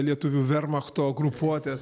lietuvių vermachto grupuotės